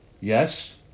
yes